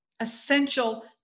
Essential